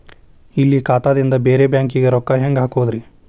ಇಲ್ಲಿ ಖಾತಾದಿಂದ ಬೇರೆ ಬ್ಯಾಂಕಿಗೆ ರೊಕ್ಕ ಹೆಂಗ್ ಹಾಕೋದ್ರಿ?